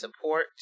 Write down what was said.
support